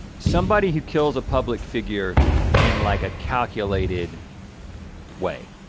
somebody who kills a public figure in like a calculated way.